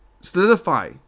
Solidify